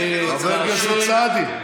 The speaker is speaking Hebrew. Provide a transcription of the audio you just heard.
חבר הכנסת סעדי.